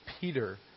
Peter